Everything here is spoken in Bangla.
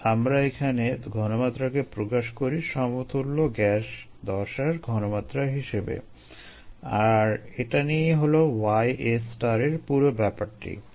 তাই আমরা এখানে ঘনমাত্রাকে প্রকাশ করি সমতুল্য গ্যাস দশার ঘনমাত্রা হিসেবে আর এটা নিয়েই হলো yA এর পুরো ব্যাপারটি